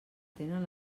tenen